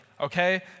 okay